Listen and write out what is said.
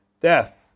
death